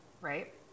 Right